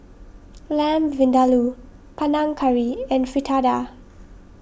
Lamb Vindaloo Panang Curry and Fritada